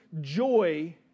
joy